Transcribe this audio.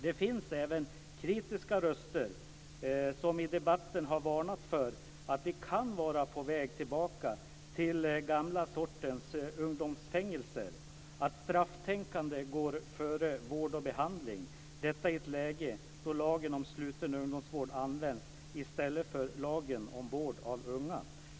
Det finns även kritiska röster som i debatten har varnat för att vi kan vara på väg tillbaka till gamla sortens ungdomsfängelser och att strafftänkande går före vård och behandling - detta i ett läge då lagen om sluten ungdomsvård används i stället för lagen om vård av unga.